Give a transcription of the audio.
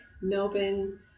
Melbourne